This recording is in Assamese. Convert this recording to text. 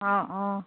অঁ অঁ